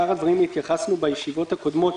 לשאר הדברים התייחסנו בישיבות הקודמות.